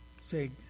Say